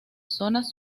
zonas